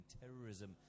terrorism